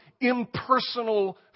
impersonal